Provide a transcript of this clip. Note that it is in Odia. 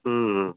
ହୁଁ ହୁଁ